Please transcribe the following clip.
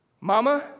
Mama